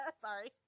Sorry